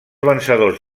vencedors